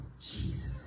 Jesus